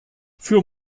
für